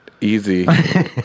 Easy